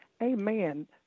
Amen